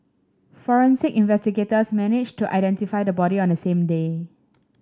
forensic investigators managed to identify the body on the same day